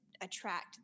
attract